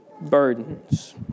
burdens